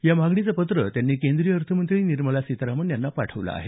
या मागणीचं पत्र त्यांनी केंद्रीय अर्थमंत्री निर्मला सीतारामन यांना पाठवलं आहे